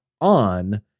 on